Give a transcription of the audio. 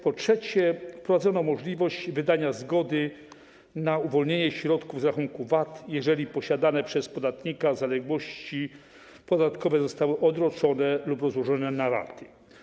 Po trzecie, wprowadzono możliwość wydania zgody na uwolnienie środków z rachunku VAT, jeżeli posiadane przez podatnika zaległości podatkowe zostały odroczone lub rozłożone na raty.